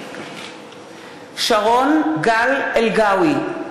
מתחייב אני שרון גל אלגאוי,